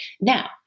Now